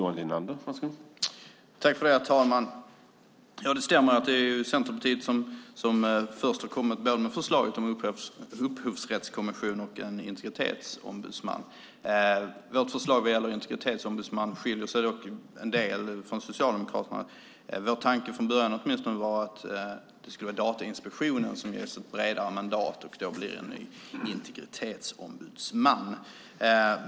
Herr talman! Ja, det stämmer att det var vi i Centerpartiet som först kom med förslagen om en upphovsrättskommission och om en integritetsombudsman. Vårt förslag om en integritetsombudsman skiljer sig dock en del från Socialdemokraternas. Vår tanke var, åtminstone från början, att Datainspektionen skulle ges ett bredare mandat och därmed skulle bli en integritetsombudsman.